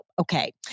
Okay